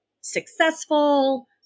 successful